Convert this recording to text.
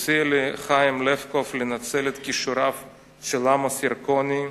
הציע לי חיים לבקוב לנצל את כישוריו של עמוס ירקוני,